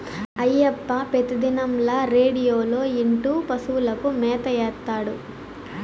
అయ్యప్ప పెతిదినంల రేడియోలో ఇంటూ పశువులకు మేత ఏత్తాడు